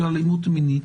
של אלימות מינית,